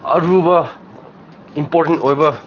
ꯑꯔꯨꯕ ꯏꯝꯄꯣꯔꯇꯦꯟꯠ ꯑꯣꯏꯕ